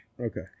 Okay